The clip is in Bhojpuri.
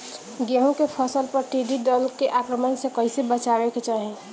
गेहुँ के फसल पर टिड्डी दल के आक्रमण से कईसे बचावे के चाही?